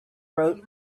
wrote